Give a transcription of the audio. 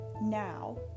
now